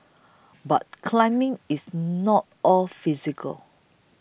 but climbing is not all physical